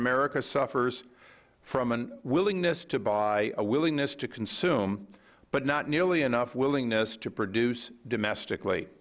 america suffers from a willingness to buy a willingness to consume but not nearly enough willingness to produce domestically